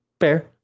fair